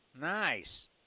Nice